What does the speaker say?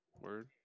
Word